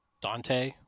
Dante